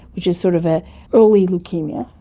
which is sort of an early leukaemia,